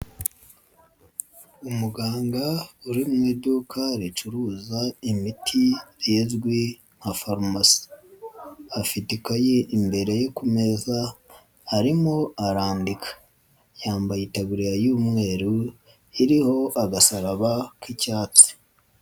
Umuganga uri mu iduka ricuruza imiti izwi nka farumasi afite ikayi imbere ye ku meza arimo arandika, yambaye itaburiya y'umweru iriho agasaraba k'icyatsi.